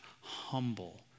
humble